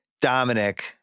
Dominic